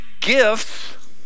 gifts